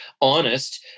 Honest